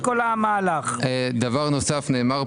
יושב ראש הוועדה הודיע כמה פעמים בדיון --- שהסעיף הזה